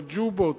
ב"ג'ובות",